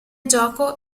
gioco